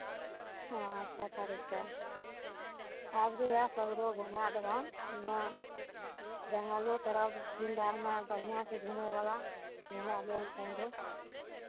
ओ अठारह तारीखकेँ आबि जइअह सगरो घुमाए देबह ओना जङ्गलो तरफ फील्ड आरमे बढ़िआँ छै घुमयवला घुमाए देब सगरो